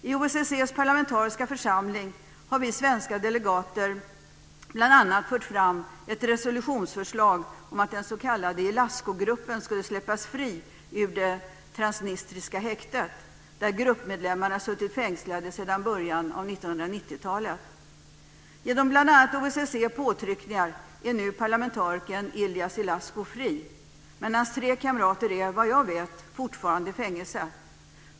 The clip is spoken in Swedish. I OSSE:s parlamentariska församling har vi svenska delegater bl.a. fört fram ett resolutionsförslag om att den s.k. Ilascu-gruppen skulle släppas fri ur det transnistriska häktet där gruppmedlemmarna suttit fängslade sedan början av 1990-talet. Genom bl.a. OSSE:s påtryckningar är nu parlamentarikern Ilie Ilascu fri, men hans tre kamrater är, vad jag vet, fortfarande i fängelse.